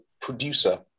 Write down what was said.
producer